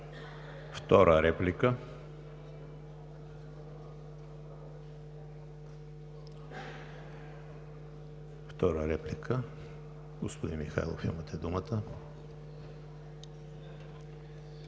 Втора реплика? Господин Михайлов, имате думата.